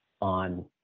on